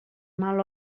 mal